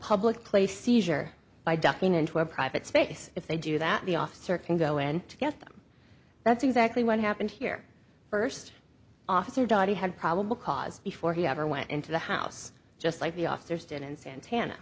public place seizure by ducking into a private space if they do that the officer can go in to get them that's exactly what happened here first officer dadi had probable cause before he ever went into the house just like the officers did in santana